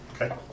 Okay